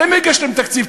אתם הגשתם תקציב,